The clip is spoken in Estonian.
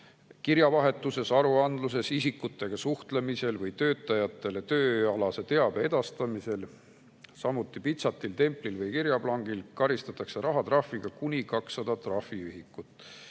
kirjavahetuses, aruandluses, isikutega suhtlemisel või töötajatele tööalase teabe edastamisel, samuti pitsatil, templil või kirjaplangil, karistatakse rahatrahviga kuni 200 trahviühikut.